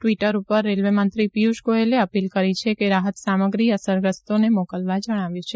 Twitter પર railway મંત્રી પિયુષ ગોયલે અપીલ કરી છે અને રાહત સામગ્રી અસરગ્રસ્તોને મોકલવા જણાવ્યું છે